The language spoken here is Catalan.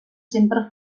sempre